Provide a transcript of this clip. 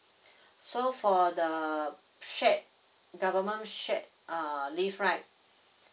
so for the shared government shared uh leave right